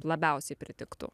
labiausiai pritiktų